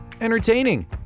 entertaining